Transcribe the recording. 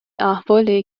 احوال